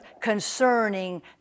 concerning